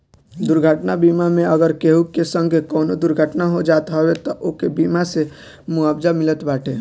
दुर्घटना बीमा मे अगर केहू के संगे कवनो दुर्घटना हो जात हवे तअ ओके बीमा से मुआवजा मिलत बाटे